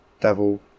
Devil